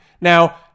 Now